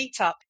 Meetup